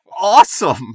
awesome